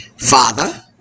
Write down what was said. Father